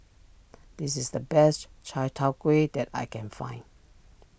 this is the best Chai Tow Kuay that I can find